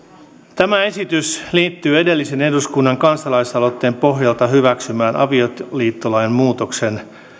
tämä esitys liittyy edellisen eduskunnan kansalaisaloitteen pohjalta hyväksymän avioliittolain muutoksen